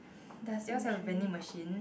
does yours have a vending machine